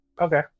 okay